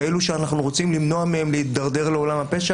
כאלה שאנחנו רוצים למנוע מהם להידרדר לעולם הפשע